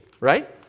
right